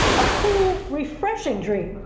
a cool refreshing dream.